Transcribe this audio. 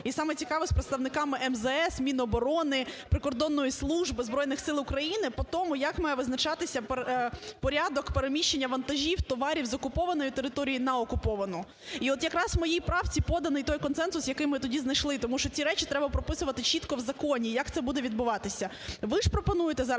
і, саме цікаве, з представниками МЗС, Міноборони, прикордонної служби, Збройних Сил України по тому, як має визначатися порядок переміщення вантажів, товарів з окупованої території на окуповану. І от якраз в моїй правці поданий той консенсус, який ми тоді знайшли, тому що ці речі треба прописувати чітко в законі, як це буде відбуватися. Ви ж пропонуєте зараз